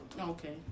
Okay